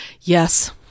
Yes